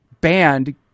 banned